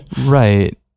right